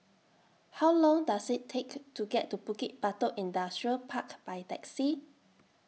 How Long Does IT Take to get to Bukit Batok Industrial Park By Taxi